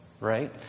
Right